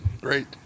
Great